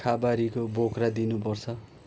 खँबारीको बोक्रा दिनुपर्छ